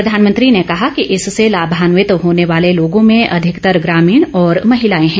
प्रधानमंत्री ने कहा कि इससे लाभान्वित होने वाले लोगों में अधिकतर ग्रामीण और महिलाएं हैं